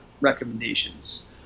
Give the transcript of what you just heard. recommendations